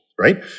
Right